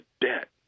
debt